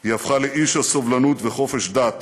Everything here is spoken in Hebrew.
היא הפכה לאי של סובלנות וחופש דת